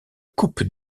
coupe